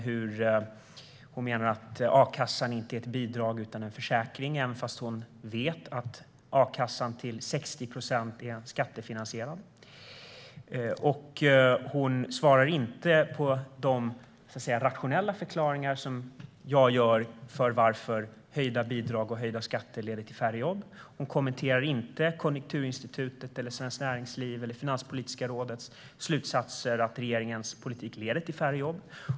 Hon menar att a-kassan inte är ett bidrag utan en försäkring, trots att hon vet att a-kassan till 60 procent är skattefinansierad. Hon svarar inte på de rationella förklaringar som jag ger för varför höjda bidrag och höjda skatter leder till färre jobb. Hon kommenterar inte Konjunkturinstitutets, Svenskt Näringslivs eller Finanspolitiska rådets slutsatser att regeringens politik leder till färre jobb.